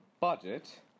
budget